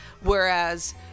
whereas